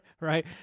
Right